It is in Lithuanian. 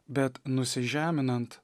bet nusižeminant